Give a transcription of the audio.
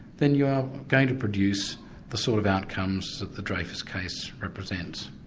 then you're going to produce the sort of outcomes that the dreyfus case represents.